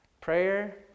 Prayer